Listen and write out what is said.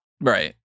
Right